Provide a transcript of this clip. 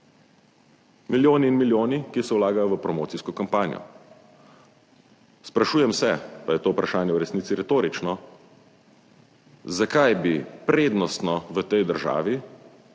Milijoni in milijoni, ki se vlagajo v promocijsko kampanjo. Sprašujem se, pa je to vprašanje v resnici retorično, zakaj bi prednostno v tej državi